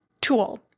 tool